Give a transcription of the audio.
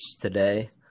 today